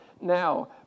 now